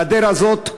הגדר הזאת,